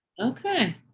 Okay